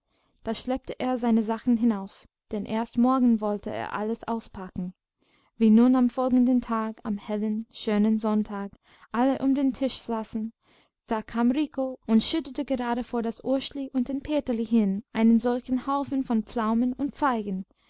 da schleppte er seine sachen hinauf denn erst morgen wollte er alles auspacken wie nun am folgenden tage am hellen schönen sonntag alle um den tisch saßen da kam rico und schüttete gerade vor das urschli und den peterli hin einen solchen haufen von pflaumen und feigen